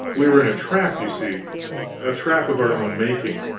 we were in a trap, you see a trap of our own making.